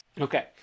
Okay